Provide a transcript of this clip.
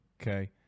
Okay